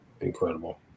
incredible